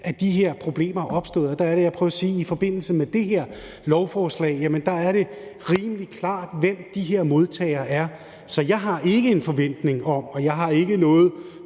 af disse problemer er opstået. Og der er det, at jeg prøver at sige, at det i forbindelse med det her lovforslag er rimelig klart, hvem de her modtagere er. Så jeg har ikke et præcist tal på, hvad det i givet